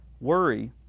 Worry